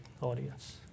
audience